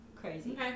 Crazy